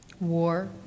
war